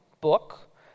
book